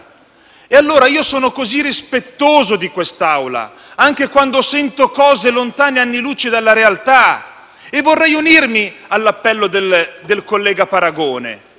Ebbene, sono così rispettoso di quest'Assemblea, anche quando sento cose lontane anni luce alla realtà, che vorrei unirmi all'appello del collega Paragone